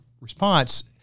response